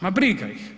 Ma briga ih.